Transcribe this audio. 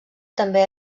també